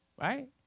right